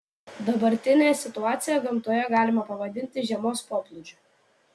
dabartinę situaciją gamtoje galima pavadinti žiemos poplūdžiu